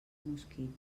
mosquit